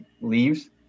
leaves